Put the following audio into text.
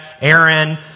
Aaron